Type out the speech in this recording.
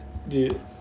dude